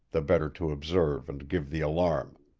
the better to observe and give the alarm.